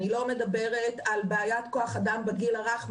אני לא מדברת על בעיית כוח אדם בגיל הרך,